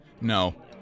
No